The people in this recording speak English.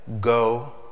Go